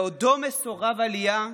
בעודו מסורב עלייה,